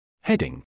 Heading